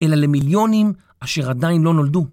אלא למיליונים אשר עדיין לא נולדו.